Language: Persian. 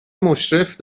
مشرف